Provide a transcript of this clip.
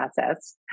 process